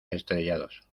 estrellados